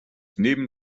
neben